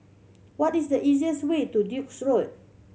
what is the easiest way to Duke's Road